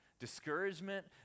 discouragement